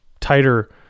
tighter